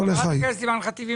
חברת הכנסת אימאן ח'טיב יאסין,